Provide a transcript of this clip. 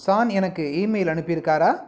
San எனக்கு email அனுப்பியிருக்காரா